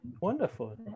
Wonderful